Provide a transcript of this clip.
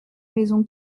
maison